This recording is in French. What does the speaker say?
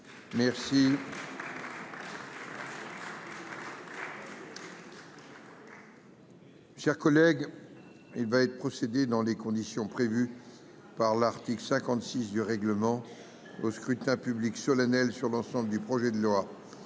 et Territoires. Il va être procédé, dans les conditions prévues par l'article 56 du règlement, au scrutin public solennel sur l'ensemble du projet de loi,